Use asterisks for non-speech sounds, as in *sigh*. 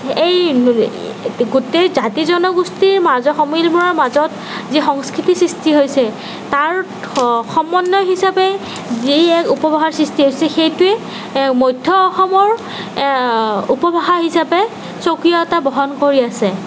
এই *unintelligible* গোটেই জাতি জনগোষ্ঠীৰ *unintelligible* মিলমিলৰ মাজত যি সংস্কৃতিৰ সৃষ্টি হৈছে তাৰ সমন্বয় হিচাপেই যি এক উপভাষাৰ সৃষ্টি হৈছে সেইটোৱে মধ্য অসমৰ উপভাষা হিচাপে স্বকীয়তা বহন কৰি আছে